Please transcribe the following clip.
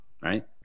Right